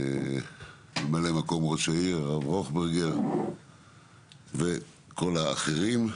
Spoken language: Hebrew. מ"מ ראש העיר הרב ראוכברגר וכל האחרים.